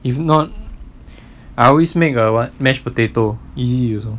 if not I always make err what mashed potato easy you also